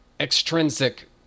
extrinsic